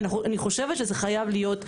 ואני חושבת שזה חייב להיות,